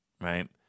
right